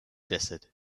desert